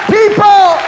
people